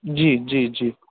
जी जी जी